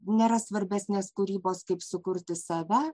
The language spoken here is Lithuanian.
nėra svarbesnės kūrybos kaip sukurti save